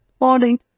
morning